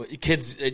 Kids